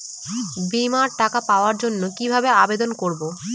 বিমার টাকা পাওয়ার জন্য কিভাবে আবেদন করব?